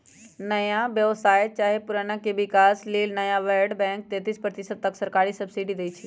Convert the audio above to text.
नया व्यवसाय चाहे पुरनका के विकास लेल नाबार्ड बैंक तेतिस प्रतिशत तक सरकारी सब्सिडी देइ छइ